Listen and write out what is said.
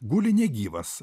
guli negyvas